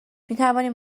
میتوانیم